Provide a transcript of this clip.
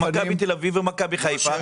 למכבי תל אביב ומכבי חיפה.